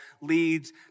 leads